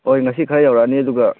ꯍꯣꯏ ꯉꯁꯤ ꯈꯔ ꯌꯧꯔꯛꯑꯅꯤ ꯑꯗꯨꯒ